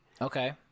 okay